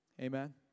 Amen